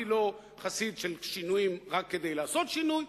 אני לא חסיד של שינויים רק כדי לעשות שינוי,